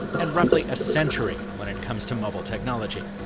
and roughly a century when it comes to mobile technology.